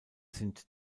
sind